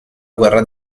guerra